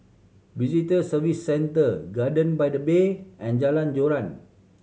Visitor Services Centre Garden by the Bay and Jalan Joran